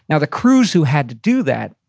now the crews who had to do that,